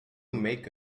make